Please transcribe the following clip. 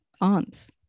aunts